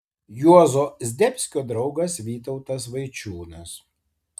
juozo zdebskio draugas vytautas vaičiūnas